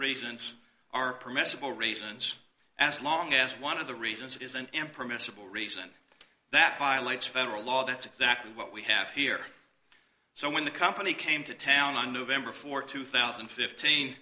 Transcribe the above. reasons are permissible reasons as long as one of the reasons is an impermissible reason that violates federal law that's exactly what we have here so when the company came to town on november th two thousand and fifteen